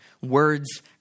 Words